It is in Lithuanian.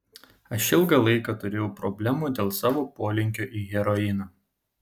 aš ilgą laiką turėjau problemų dėl savo polinkio į heroiną